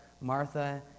Martha